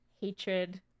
hatred